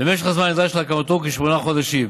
ומשך הזמן הנדרש להקמתו הוא כשמונה חודשים.